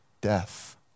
death